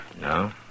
No